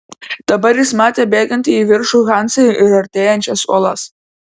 dabar jis matė bėgantį į viršų hansą ir artėjančias uolas